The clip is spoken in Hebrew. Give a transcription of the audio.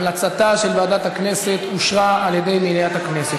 המלצתה של ועדת הכנסת אושרה על ידי מליאת הכנסת.